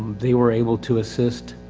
they were able to assist.